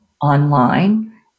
online